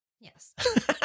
Yes